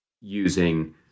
using